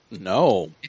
No